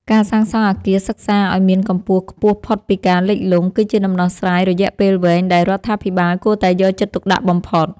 ការសាងសង់អគារសិក្សាឱ្យមានកម្ពស់ខ្ពស់ផុតពីការលិចលង់ គឺជាដំណោះស្រាយរយៈពេលវែងដែលរដ្ឋាភិបាលគួរតែយកចិត្តទុកដាក់បំផុត។